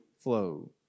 flow